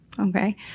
Okay